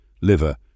liver